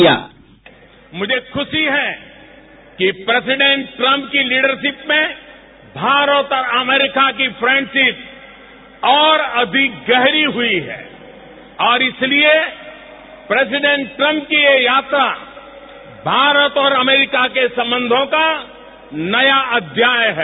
sound bite मुझे खुशी है कि प्रेसीडेंट ट्रंप की लीडरशिप में भारत और अमरीका की फ्रेंडशिप और अधिक गहरी हई है और इसलिए प्रेसीडेंट ट्रंप की यह यात्रा भारत और अमरीका के संबंधों का नया अध्याय है